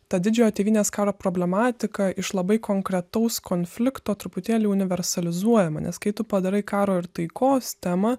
ta didžiojo tėvynės karo problematika iš labai konkretaus konflikto truputėlį universalizuojama nes kai tu padarai karo ir taikos temą